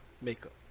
makeup